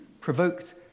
provoked